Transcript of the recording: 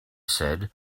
said